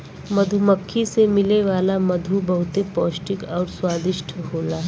मधुमक्खी से मिले वाला मधु बहुते पौष्टिक आउर स्वादिष्ट होला